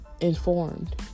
informed